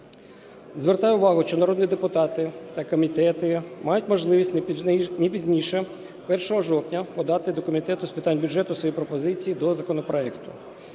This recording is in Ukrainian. Звертаю увагу, що народні депутати та комітети мають можливість не пізніше 1 жовтня подати до Комітету з питань бюджету свої пропозиції до законопроекту.